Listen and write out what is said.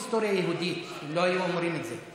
שילמדו היסטוריה יהודית, הם לא היו אומרים את זה.